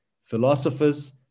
philosophers